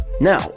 Now